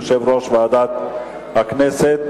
יושב-ראש ועדת הכנסת.